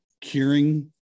curing